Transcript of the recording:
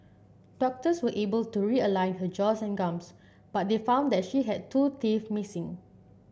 doctors were able to realign her jaws and gums but they found that she had two teeth missing